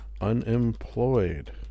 Unemployed